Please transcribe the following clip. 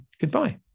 goodbye